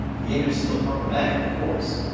the image is still problematic, of course,